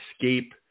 escape